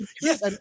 yes